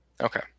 Okay